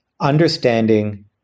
understanding